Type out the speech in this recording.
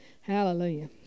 Hallelujah